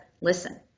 Listen